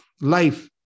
life